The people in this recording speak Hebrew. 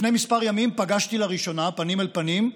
לפני כמה ימים פגשתי לראשונה, פנים אל פנים,